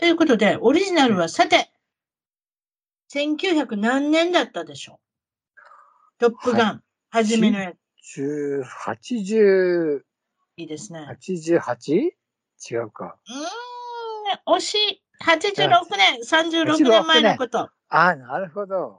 ということで、オリジナルはさて、うん。1900何年だったでしょう？トップガン、はい。初めのやつ。80、いいですね。88？違うか。うーん、惜しい。86年、36年前のこと。86年。あ、なるほど。